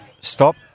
stop